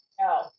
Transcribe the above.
No